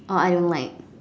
oh I don't like